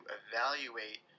evaluate